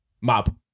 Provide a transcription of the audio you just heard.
mob